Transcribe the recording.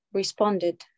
responded